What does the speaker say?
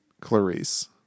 Clarice